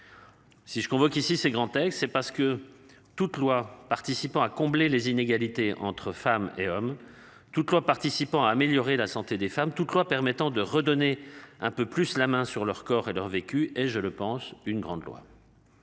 Si ce qu'on veut qu'ici ces grands textes c'est parce que toute loi participant à combler les inégalités entre femmes et hommes toutefois participant à améliorer la santé des femmes toute loi permettant de redonner un peu plus la main sur leur corps et leur vécu et je le pense, une grande loi.